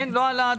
זה לא עלה?